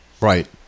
right